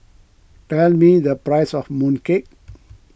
tell me the price of Mooncake